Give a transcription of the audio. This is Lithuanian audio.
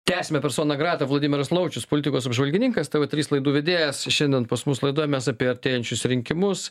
tęsiame persona grata vladimiras laučius politikos apžvalgininkas tv trys laidų vedėjas šiandien pas mus laidoj mes apie artėjančius rinkimus